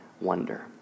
wonder